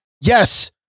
Yes